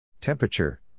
Temperature